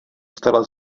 stala